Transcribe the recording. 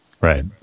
Right